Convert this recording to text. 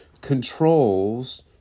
controls